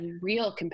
real